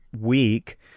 week